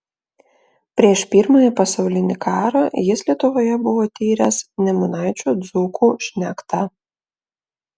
prieš pirmąjį pasaulinį karą jis lietuvoje buvo tyręs nemunaičio dzūkų šnektą